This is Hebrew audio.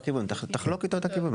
תחלוק איתו את הכיוון.